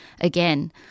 again